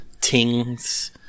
tings